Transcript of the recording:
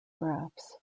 graphs